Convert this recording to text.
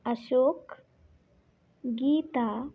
Ashok Geetha